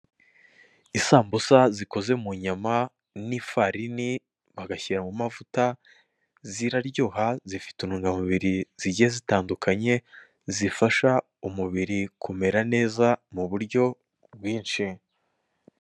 Isambusa zikoze mu nyama n'ifarini bagashyira mu mavuta ziraryoha zifite intungamubiri zigiye zitandukanye zifasha umubiri kumera neza mu buryo bwinshi.